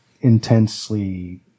intensely